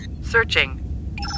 Searching